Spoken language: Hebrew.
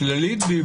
כללית?